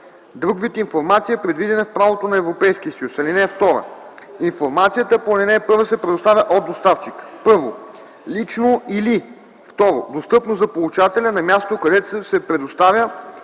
друг вид информация, предвидена в правото на Европейския съюз. (2) Информацията по ал. 1 се предоставя от доставчика: 1. лично, или 2. достъпно за получателя – на място, където се предоставя